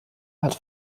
hat